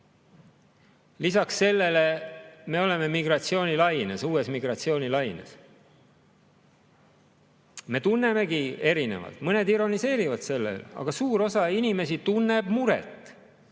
Lisaks sellele on migratsioonilaine, uus migratsioonilaine. Me tunnemegi erinevalt: mõned ironiseerivad selle üle, aga suur osa inimesi tunneb muret,